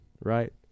Right